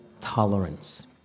tolerance